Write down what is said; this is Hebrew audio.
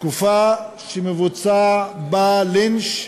תקופה שמבוצע בה לינץ'